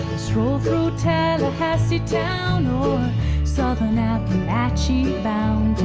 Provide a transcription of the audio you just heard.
stroll through tallahassee town or southern apalachee bound.